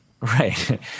Right